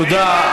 תודה.